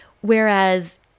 Whereas